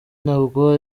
ntabwo